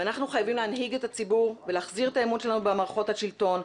אנחנו חייבים להנהיג את הציבור ולהחזיר את האמון שלנו במערכות השלטון.